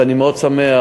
ואני מאוד שמח,